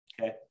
okay